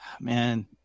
man